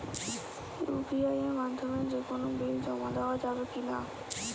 UPI এর মাধ্যমে যে কোনো বিল জমা দেওয়া যাবে কি না?